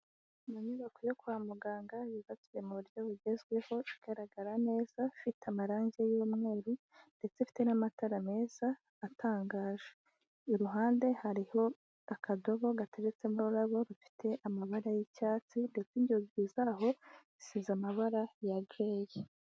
Mu nyubako yo kwa muganga yubatswe mu buryo bugezweho, igaragara neza, ifite amarangi y'umweru ndetse ifite n'amatara meza atangaje. Iruhande hariho akadobo gateretsemo ururabo rufite amabara y'icyatsi, ndetse inzungi zaho zisize amabara ya gureyi.